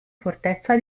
fortezza